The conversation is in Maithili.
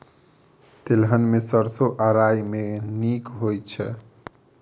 तेलहन मे सैरसो आ राई मे केँ नीक होइ छै?